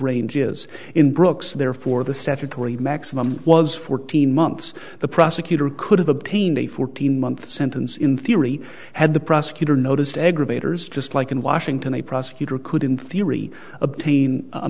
range is in brooks therefore the statutory maximum was fourteen months the prosecutor could have obtained a fourteen month sentence in theory had the prosecutor noticed aggravators just like in washington a prosecutor could in theory obtain a